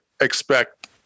expect